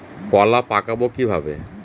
কলা পাকাবো কিভাবে?